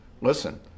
Listen